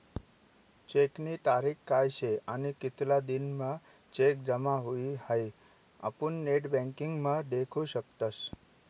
चेकनी तारीख काय शे आणि कितला दिन म्हां चेक जमा हुई हाई आपुन नेटबँकिंग म्हा देखु शकतस